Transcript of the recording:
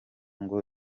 ngo